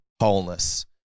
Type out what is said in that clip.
wholeness